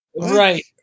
right